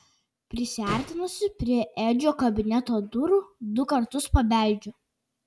prisiartinusi prie edžio kabineto durų du kartus pabeldžiu